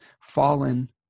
fallen